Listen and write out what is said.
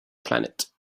planet